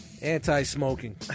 Anti-smoking